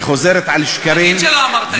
וחוזרת על שקרים, תגיד שלא אמרת את זה.